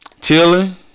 Chilling